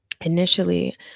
initially